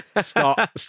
Stop